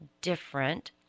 different